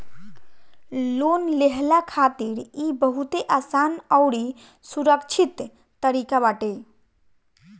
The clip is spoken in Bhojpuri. लोन लेहला खातिर इ बहुते आसान अउरी सुरक्षित तरीका बाटे